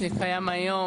שקיים היום,